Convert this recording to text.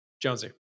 Jonesy